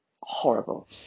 horrible